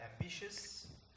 ambitious